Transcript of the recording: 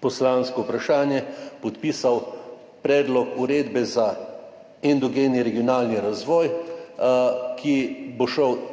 poslansko vprašanje, podpisal predlog uredbe za endogeni regionalni razvoj, ki